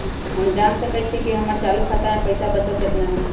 हम जान सकई छी कि हमर चालू खाता में पइसा बचल कितना हई